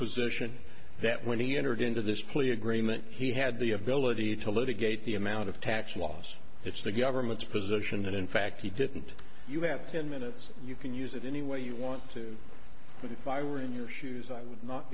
position that when he entered into this plea agreement he had the ability to litigate the amount of tax laws it's the government's position and in fact he didn't you have ten minutes you can use it any way you want to but if i were in your shoes i would not